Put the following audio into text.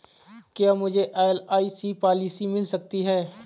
क्या मुझे एल.आई.सी पॉलिसी मिल सकती है?